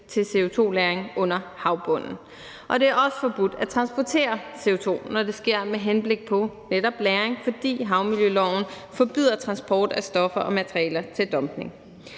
til CO2-lagring under havbunden. Og det er også forbudt at transportere CO2, når det sker med henblik på netop lagring, fordi havmiljøloven forbyder transport af stoffer og materialer til dumpning.